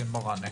ומראענה.